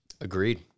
Agreed